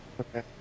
okay